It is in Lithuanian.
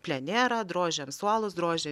plenerą drožėm suolus drožė